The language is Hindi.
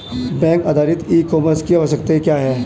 वेब आधारित ई कॉमर्स की आवश्यकता क्या है?